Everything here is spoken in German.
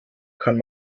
kann